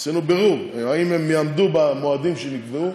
עשינו בירור אם הם יעמדו במועדים שנקבעו,